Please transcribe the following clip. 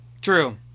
true